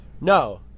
No